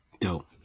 dope